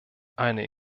eine